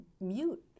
mute